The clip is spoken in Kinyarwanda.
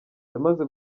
yamaze